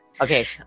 Okay